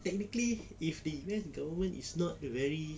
technically if the U_S government is not very